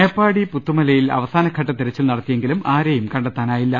മേപ്പാടി പുത്തുമലയിൽ അവസാനഘട്ട തെരച്ചിൽ നടത്തിയെ ങ്കിലും ആരെയും കണ്ടെത്താനായില്ല